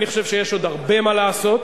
אני חושב שיש עוד הרבה מה לעשות,